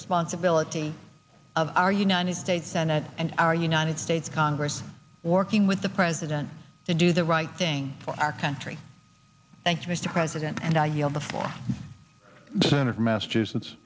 responsibility of our united states senate and our united states congress working with the president to do the right thing for our country thank you mr president and i am before senator massachusetts